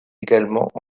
également